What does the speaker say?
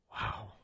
Wow